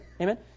Amen